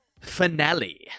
finale